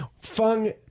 Fung